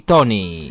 Tony